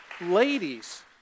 ladies